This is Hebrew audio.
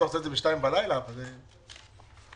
צריך לזמן דיון אין לנו בהצעת חוק טרומית נושא